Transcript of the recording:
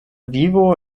vivo